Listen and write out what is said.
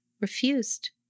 refused